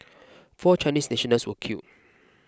four Chinese nationals were killed